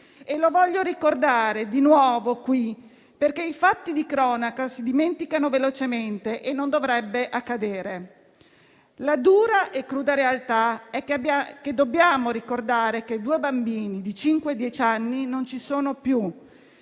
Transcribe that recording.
Lo voglio ricordare di nuovo qui, perché i fatti di cronaca si dimenticano velocemente e ciò non dovrebbe accadere. La dura e cruda realtà è che dobbiamo ricordare che due bambini di cinque e dieci anni non ci sono più.